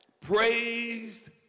praised